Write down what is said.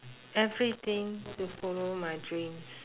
everything to follow my dreams